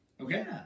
Okay